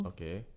Okay